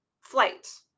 flight